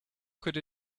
could